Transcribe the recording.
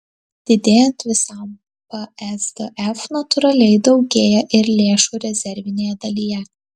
didėjant visam psdf natūraliai daugėja ir lėšų rezervinėje dalyje